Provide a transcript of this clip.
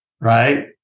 Right